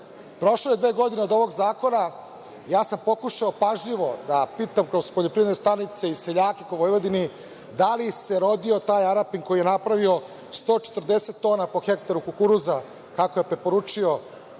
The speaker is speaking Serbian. je dve godine od ovog zakona, ja sam pokušao pažljivo da pitam kroz poljoprivredne stanice i seljake u Vojvodini, da li se rodio taj Arapin koji je napravio 140 tona po hektaru kukuruza, kako je preporučio